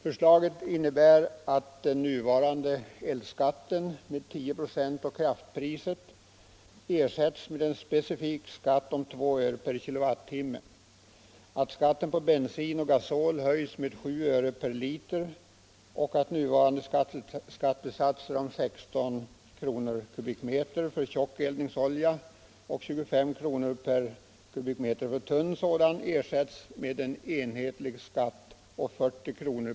Förslaget innebär att den nuvarande elskatten med 10 96 på kraftpriset ersätts med en specifik skatt om 2 öre per kWh, att skatten på bensin och gasol höjs med 7 öre per liter och att nuvarande skattesatser om 16 kr. per m” för tjock eldningsolja och 25 kr. per m? för tunn sådan ersätts med en enhetlig skatt om 40 kr.